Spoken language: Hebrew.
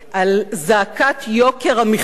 על זעקת יוקר המחיה,